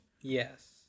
Yes